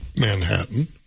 Manhattan